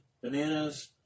bananas